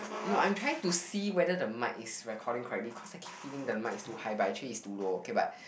no I'm trying to see whether the mic is recording correctly cause I keep feeling the mic is too high but actually it's too low okay but